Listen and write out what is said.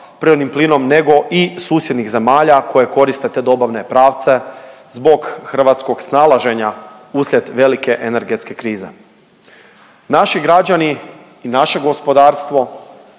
prirodnim plinom nego i susjednih zemalja koje koriste te dobavne pravce zbog hrvatskog snalaženja uslijed velike energetske krize. Naši građani i naše gospodarstvo,